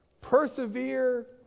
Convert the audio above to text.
persevere